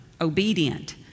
obedient